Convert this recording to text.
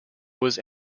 was